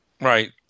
Right